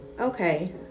okay